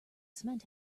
cement